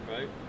Right